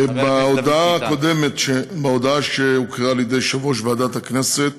בהודעה שהקריא יושב-ראש ועדת הכנסת